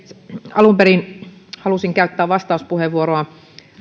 alun perin halusin käyttää vastauspuheenvuoron